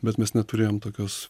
bet mes neturėjom tokios